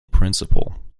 principle